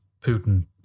Putin